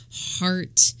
heart